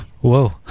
Whoa